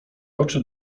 oczy